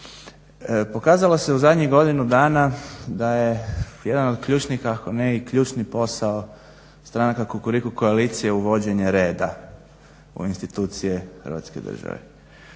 Pokazalo se u zadnjih godinu dana da je jedan od ključnih, ako ne i ključni posao stranaka Kukuriku koalicije uvođenje reda u institucije Hrvatske države.